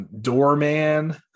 doorman